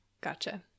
gotcha